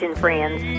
friends